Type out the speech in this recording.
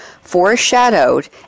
foreshadowed